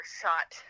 shot